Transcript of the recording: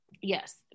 Yes